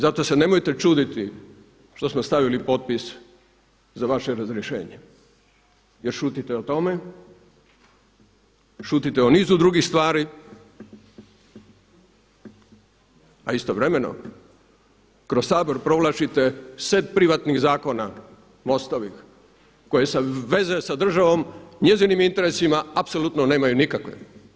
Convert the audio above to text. Zato se nemojte čuditi što smo stavili potpis za vaše razrješenje jer šutite o tome, šutite o nizu drugih stvari a istovremeno kroz Sabor provlačite set privatnih zakona MOST-ovih koje veze sa državom, njezinim interesima, apsolutno nemaju nikakve.